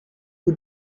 who